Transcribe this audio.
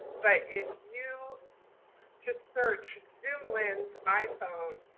but if you just search zoom lens iphone,